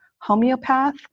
homeopath